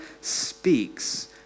speaks